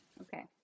okay